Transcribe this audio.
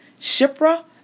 Shipra